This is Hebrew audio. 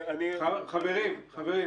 במתפ"ש